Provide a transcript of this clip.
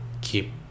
keep